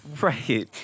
right